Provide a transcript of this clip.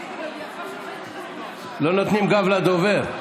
לא נותנים גב לדובר.